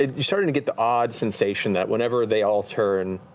you're starting to get the odd sensation that whenever they all turn,